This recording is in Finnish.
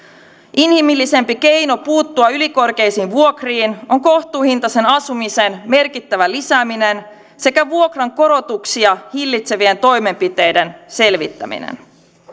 inhimillisempi keino puuttua ylikorkeisiin vuokriin on kohtuuhintaisen asumisen merkittävä lisääminen sekä vuokrankorotuksia hillitsevien toimenpiteiden selvittäminen